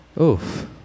Oof